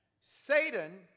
Satan